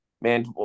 Man